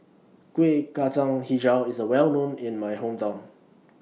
Kueh Kacang Hijau IS A Well known in My Hometown